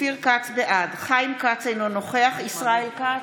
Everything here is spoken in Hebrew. בעד חיים כץ, אינו נוכח ישראל כץ,